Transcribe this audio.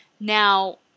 Now